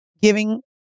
giving